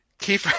keep